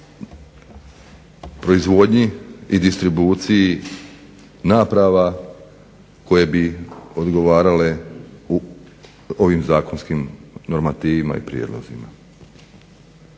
proizvodnji i distribuciji naprava koje bi odgovarale u ovim zakonskim normativima i prijedlozima.